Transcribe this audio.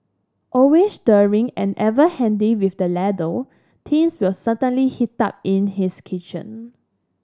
always stirring and ever handy with the ladle things will certainly heat up in his kitchen